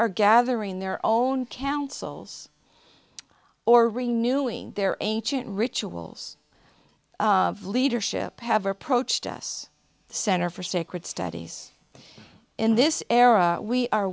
are gathering their own councils or renewing their ancient rituals of leadership have approached us center for sacred studies in this era we are